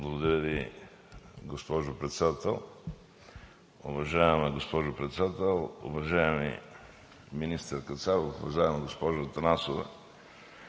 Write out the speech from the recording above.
Благодаря Ви, госпожо Председател. Уважаема госпожо Председател, уважаеми министър Кацаров! Уважаема госпожо Атанасова,